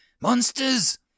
Monsters